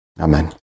Amen